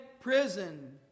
prison